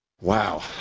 Wow